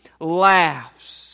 laughs